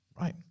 right